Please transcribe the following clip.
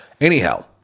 Anyhow